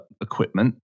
equipment